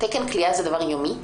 תקן כליאה הוא דבר יומי?